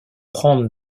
prendre